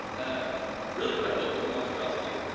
um really, what i built was a monstrosity.